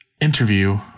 interview